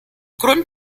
grund